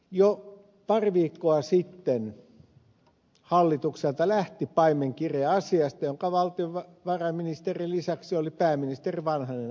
jo pari viikkoa sitten hallitukselta lähti paimenkirje asiasta jonka valtiovarainministerin lisäksi oli pääministeri vanhanen allekirjoittanut